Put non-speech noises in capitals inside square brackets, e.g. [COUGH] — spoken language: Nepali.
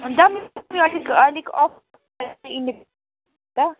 अन्त [UNINTELLIGIBLE] अलिक अलिक अफर [UNINTELLIGIBLE] ल